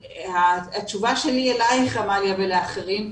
התשובה שלי אליך עמליה ולאחרים,